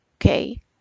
okay